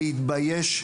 להתבייש,